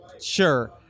Sure